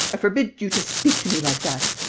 i forbid you to speak to me like that.